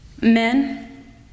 men